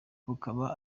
bukaba